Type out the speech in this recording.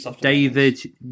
David